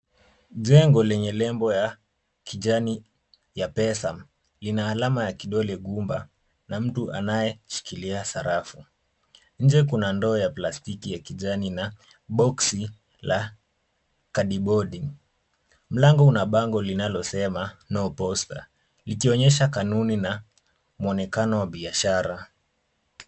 Jengo lenye lebo ya kijani ya pesa ina alama ya kidole gumba na mtu anayeshikilia sarafu. Nje kuna ndoo ya plastiki ya kijani na boksi la kadibodi. Mlango una bango linalosema, No poster likionyesha kanuni na mwonekano wa biashara.